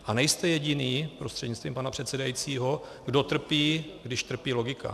A nejste jediný, prostřednictvím pana předsedajícího, kdo trpí, když trpí logika.